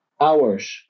hours